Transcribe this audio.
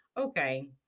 okay